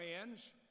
friends